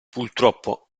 purtroppo